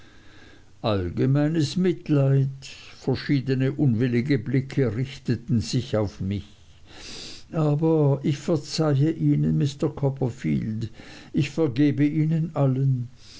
allgemeines mitleid verschiedne unwillige blicke richteten sich auf mich aber ich verzeihe ihnen mr copperfield ich vergebe ihnen allen